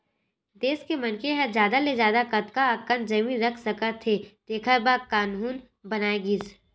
देस के मनखे ह जादा ले जादा कतना अकन जमीन राख सकत हे तेखर बर कान्हून बनाए गिस